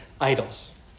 idols